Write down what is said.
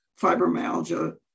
fibromyalgia